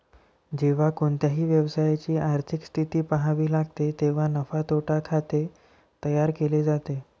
जेव्हा कोणत्याही व्यवसायाची आर्थिक स्थिती पहावी लागते तेव्हा नफा तोटा खाते तयार केले जाते